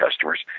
customers